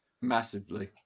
Massively